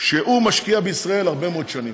שהוא משקיע בישראל הרבה מאוד שנים,